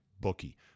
bookie